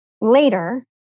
later